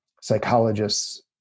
psychologists